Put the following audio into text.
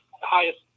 highest